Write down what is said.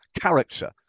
character